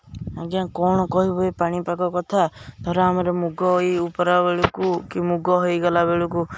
ଆଜ୍ଞା କ'ଣ କହିବି ଏ ପାଣିପାଗ କଥା ଧର ଆମର ମୁଗ ଏଇ ଓପଡ଼ା ବେଳକୁ କି ମୁଗ ହୋଇଗଲା ବେଳକୁ